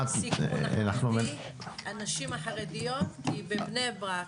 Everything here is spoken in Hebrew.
הנשים החרדיות בבני ברק,